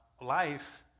life